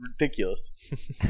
ridiculous